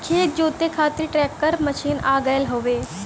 खेत जोते खातिर ट्रैकर मशीन आ गयल हउवे